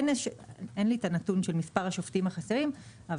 אין לי נתון של מספר השופטים החסרים, .